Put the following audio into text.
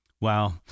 Wow